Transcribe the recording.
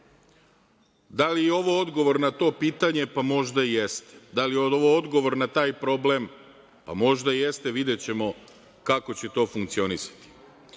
Da li je ovo odgovor na to pitanje? Pa, možda jeste. Da li je ovo odgovor na taj problem? Pa, možda jeste, videćemo kako će to funkcionisati. Naravno,